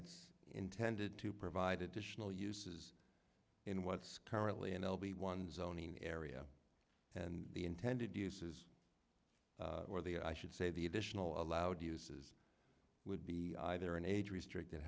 it's intended to provide additional uses in what's currently n l b one zoning area and the intended use is or the i should say the additional allowed uses would be either an age restricted